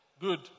Good